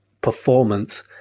performance